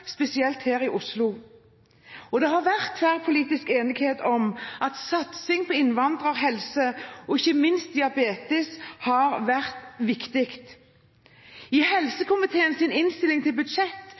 spesielt her i Oslo, og det har vært tverrpolitisk enighet om at satsing på innvandrerhelse og ikke minst diabetes har vært viktig. I